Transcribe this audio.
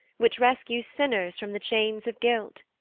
which rescues sinners from the chains of guilt.